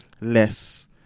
less